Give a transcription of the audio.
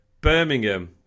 Birmingham